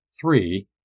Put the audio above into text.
three